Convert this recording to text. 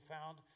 found